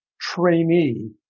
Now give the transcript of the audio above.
trainee